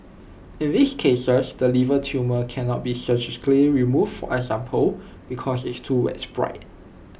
in these cases the liver tumour cannot be surgically removed example because it's too widespread